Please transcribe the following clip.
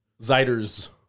Ziders